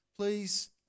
Please